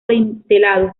adintelado